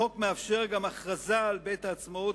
החוק מאפשר גם הכרזה על בית-העצמאות